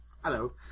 Hello